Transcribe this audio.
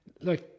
Look